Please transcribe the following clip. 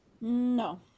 No